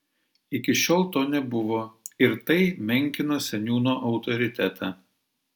iki šiol to nebuvo ir tai menkino seniūno autoritetą